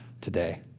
today